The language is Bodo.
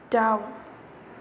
दाउ